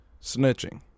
snitching